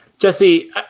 Jesse